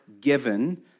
given